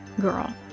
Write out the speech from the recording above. girl